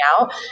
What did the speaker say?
out